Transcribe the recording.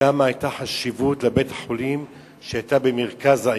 כמה חשיבות היתה לבית-החולים שהיה במרכז העיר.